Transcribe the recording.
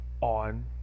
on